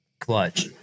clutch